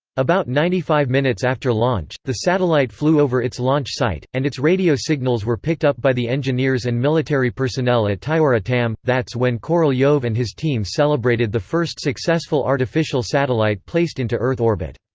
about ninety five minutes after launch, the satellite flew over its launch site, and its radio signals were picked up by the engineers and military personnel at tyura-tam that's when korolev and his team celebrated the first successful artificial satellite placed into earth-orbit.